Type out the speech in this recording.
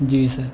جی سر